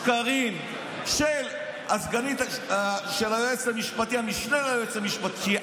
שקרים של המשנה ליועץ המשפטי,